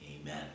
Amen